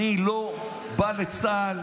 אני לא בא לצה"ל,